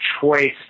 choice